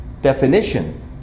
definition